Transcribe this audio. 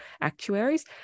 actuaries